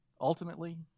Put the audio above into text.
ultimately